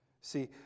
See